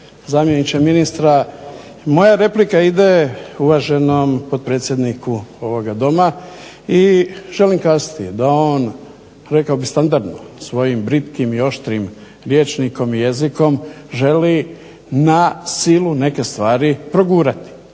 zamjeniče ministra. Moja replika ide uvaženom potpredsjedniku ovoga Doma i želim kazati da on rekao bih standardno svojim britkim i oštrim rječnikom i jezikom na silu neke stvari progurati.